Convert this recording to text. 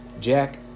Jack